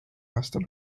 aastal